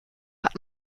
hat